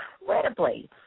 incredibly